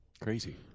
Crazy